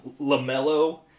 Lamelo